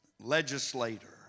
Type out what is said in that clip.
legislator